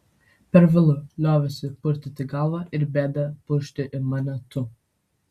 per vėlu liovėsi purtyti galvą ir bedė pirštu į mane tu